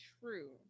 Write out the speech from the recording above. true